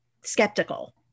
skeptical